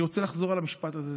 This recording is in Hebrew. אני רוצה לחזור על המשפט הזה.